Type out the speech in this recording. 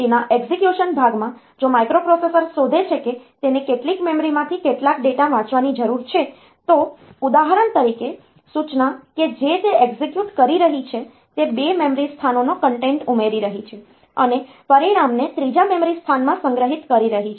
તેના એક્ઝેક્યુશન ભાગમાં જો માઇક્રોપ્રોસેસર શોધે છે કે તેને કેટલીક મેમરીમાંથી કેટલાક ડેટા વાંચવાની જરૂર છે તો ઉદાહરણ તરીકે સૂચના કે જે તે એક્ઝેક્યુટ કરી રહી છે તે 2 મેમરી સ્થાનો નો કન્ટેન્ટ ઉમેરી રહી છે અને પરિણામને ત્રીજા મેમરી સ્થાનમાં સંગ્રહિત કરી રહી છે